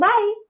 Bye